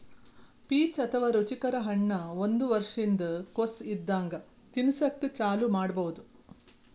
peach ಅಥವಾ ರುಚಿಕರ ಹಣ್ಣ್ ಒಂದ್ ವರ್ಷಿನ್ದ್ ಕೊಸ್ ಇದ್ದಾಗೆ ತಿನಸಕ್ಕ್ ಚಾಲೂ ಮಾಡಬಹುದ್